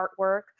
artwork